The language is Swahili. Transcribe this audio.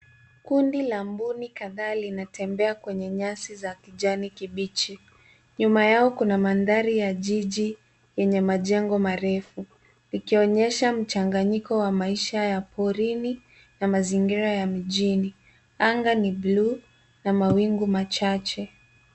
Kundi la mbuni, kadhaa linatembea kwenye nyasi za kijani kibichi. Nyuma yao kuna mandhari ya jiji lenye majengo marefu. Linaonyesha mchanganyiko wa maisha ya porini na mazingira ya mijini. Anga ni bluu na mawingu machache.